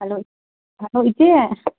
hello hello ꯏꯆꯦ